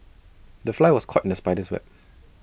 the fly was caught in the spider's web